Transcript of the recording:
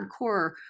hardcore